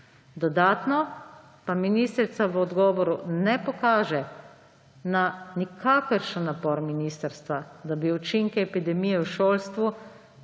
Dodatno pa ministrica v odgovoru ne pokaže na nikakršen napor ministrstva, da bi učinke epidemije v šolstvu